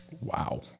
Wow